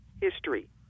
history